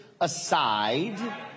aside